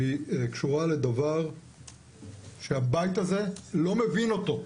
והיא קשורה לדבר שהבית הזה לא מבין אותו.